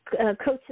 Coaches